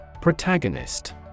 Protagonist